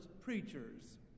preachers